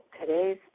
today's